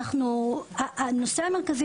הנושא המרכזי,